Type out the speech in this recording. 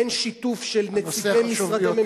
אין שיתוף של נציגי משרדי ממשלה,